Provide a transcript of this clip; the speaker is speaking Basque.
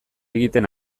egiten